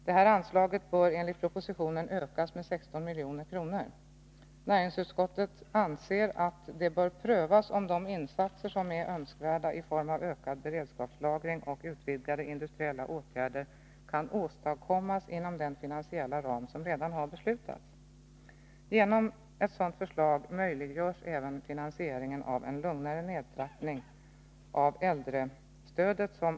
Detta anslag bör enligt propositionen ökas med 16 milj.kr. Näringsutskottet anser att det bör prövas om de insatser som är önskvärda i form av ökad beredskapslagring och utvidgade industriella åtgärder kan åtstadkommas inom den finansiella ram som redan har beslutats. Genom detta förslag möjliggörs även finansieringen av en lugnare nedtrappning av äldrestödet.